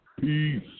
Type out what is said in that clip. peace